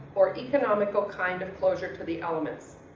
more economical kind of closure to the elements.